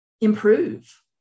improve